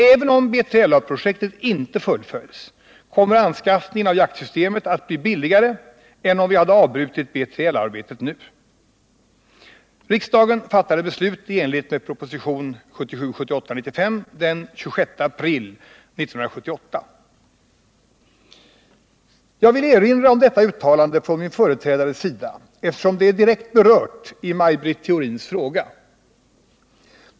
Även om B3LA-projektet inte fullföljs kommer anskaffningen av jaktsystemet att bli billigare än om vi hade avbrutit B3LA-arbetet nu.” Riksdagen fattade beslut i enlighet med propositionen 1977/78:95 den 26 april 1978. Jag vill erinra om detta uttalande från min företrädares sida eftersom det är direkt berört i Maj Britt Theorins fråga.